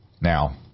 Now